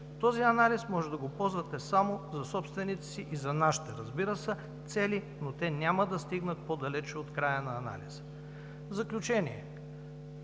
този анализ може да го ползвате само за собствените си, и за нашите, разбира се, цели, но те няма да стигнат по-далече от края на анализа. В заключение,